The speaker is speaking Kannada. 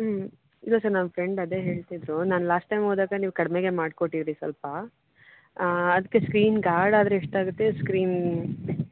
ಹ್ಞೂ ಇಲ್ಲ ಸರ್ ನಮ್ಮ ಫ್ರೆಂಡ್ ಅದೇ ಹೇಳ್ತಿದ್ದರು ನಾನು ಲಾಸ್ಟ್ ಟೈಮ್ ಹೋದಾಗ ನೀವು ಕಡಿಮೆಗೆ ಮಾಡಿಕೊಟ್ಟಿದ್ರಿ ಸ್ವಲ್ಪ ಅದಕ್ಕೆ ಸ್ಕ್ರೀನ್ ಗಾರ್ಡ್ ಆದರೆ ಎಷ್ಟಾಗುತ್ತೆ ಸ್ಕ್ರೀನ್